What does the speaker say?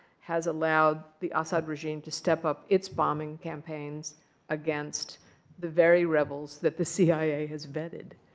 has allowed the assad regime to step up its bombing campaigns against the very rebels that the cia has vetted.